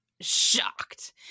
shocked